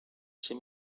ser